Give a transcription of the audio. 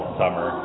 summer